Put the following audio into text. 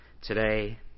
Today